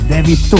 David